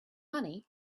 money